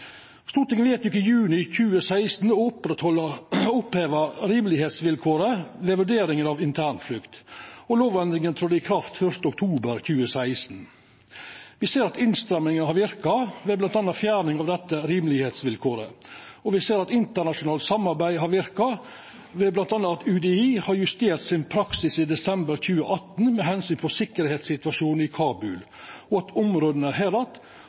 Stortinget vedtok i juni 2016 å oppheva rimelegheitsvilkåret ved vurderinga av internflukt. Lovendringa trådde i kraft 1. oktober 2016. Me ser at innstramminga har verka bl.a. ved fjerning av dette rimelegheitsvilkåret, og me ser at internasjonalt samarbeid har verka, bl.a. ved at UDI har justert sin praksis i desember 2018 med tanke på tryggleikssituasjonen i Kabul, og at områda Herat